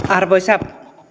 arvoisa